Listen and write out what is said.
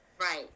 Right